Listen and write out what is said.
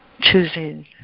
choosing